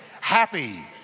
happy